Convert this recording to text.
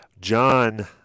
John